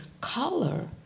color